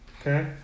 Okay